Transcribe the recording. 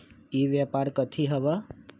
ई व्यापार कथी हव?